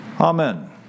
Amen